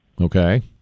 Okay